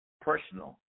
personal